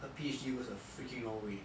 a P_H_D goes a freaking long way